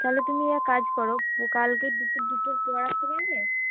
তহলে তুমি এক কাজ করো কালকে দুপুর দুপুর পর আসতে পারবে